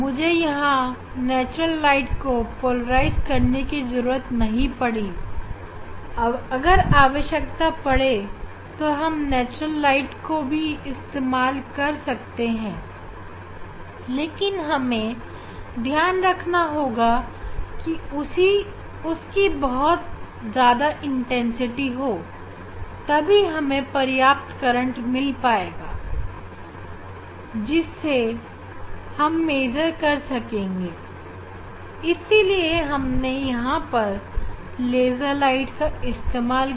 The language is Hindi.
मुझे यहां नेचुरल प्रकाश को पोलराइज करने की जरूरत नहीं पड़ी अगर आवश्यकता पड़े तो हम नेचुरल प्रकाश को भी इस्तेमाल कर सकते हैं लेकिन हमें ध्यान रखना होगा कि उसकी तीव्रता बहुत ज्यादा हो तभी हमें पर्याप्त करंट मिल पाएगा जिसे हम नाप सकें इसीलिए हमने यहां पर लेज़र का इस्तेमाल किया